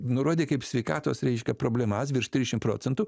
nurodė kaip sveikatos reiškia problemas virš trisdešim procentų